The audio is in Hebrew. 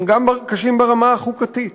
הן גם קשות ברמה החוקתית.